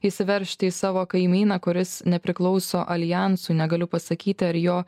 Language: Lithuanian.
įsiveržti į savo kaimyną kuris nepriklauso aljansui negaliu pasakyti ar jo